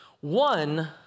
One